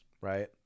Right